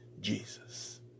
Jesus